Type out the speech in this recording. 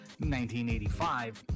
1985